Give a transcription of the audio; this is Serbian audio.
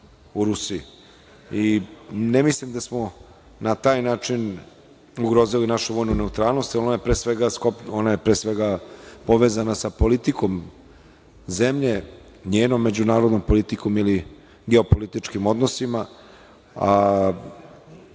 u Rusiji. Ne mislim da smo na taj način ugrozili našu vojnu neutralnost, jer ona je pre svega povezana sa politikom zemlje, njenom međunarodnom politikom ili geopolitičkim odnosima, a